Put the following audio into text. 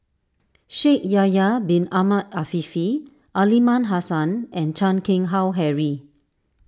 Shaikh Yahya Bin Ahmed Afifi Aliman Hassan and Chan Keng Howe Harry